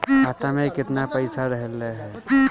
खाता में केतना पइसा रहल ह?